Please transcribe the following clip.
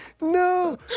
No